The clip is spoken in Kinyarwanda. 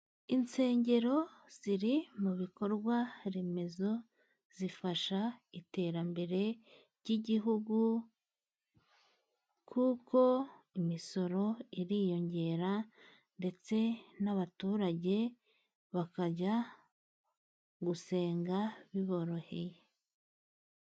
Insengero ziri mu bikorwa remezo, zifasha iterambere ry'igihugu, kuko imisoro iriyongera ndetse n'abaturage bakajya gusenga biboroheye.